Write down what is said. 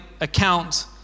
account